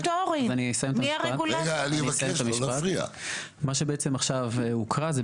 אני לא רוצה כרגע להגיד את דעתי